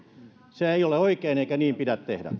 se ei ole oikein eikä niin pidä tehdä